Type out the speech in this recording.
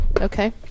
Okay